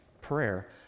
prayer